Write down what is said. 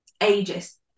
ages